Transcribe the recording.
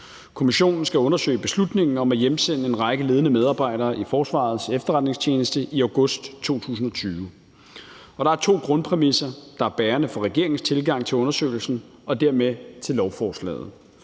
Kommissionen skal undersøge beslutningen om at hjemsende en række ledende medarbejdere i Forsvarets Efterretningstjeneste i august 2020, og der er to grundpræmisser, der er bærende for regeringens tilgang til undersøgelsen og dermed til lovforslaget.